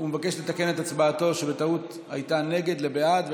לתקן את הצבעתו, שבטעות הייתה נגד, לבעד.